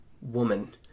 woman